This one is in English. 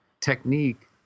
technique